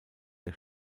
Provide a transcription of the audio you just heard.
der